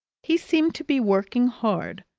he seemed to be working hard,